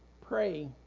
pray